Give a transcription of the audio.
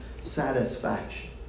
satisfaction